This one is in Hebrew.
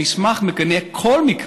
המסמך מגנה כל מקרה,